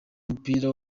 w’umupira